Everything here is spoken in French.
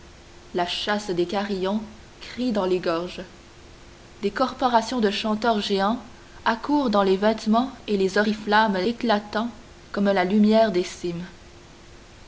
la chasse des carillons crie dans les gorges des corporations de chanteurs géants accourent dans des vêtements et des oriflammes éclatants comme la lumière des cimes